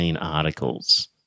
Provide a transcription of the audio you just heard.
articles